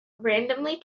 randomly